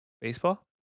baseball